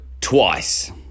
twice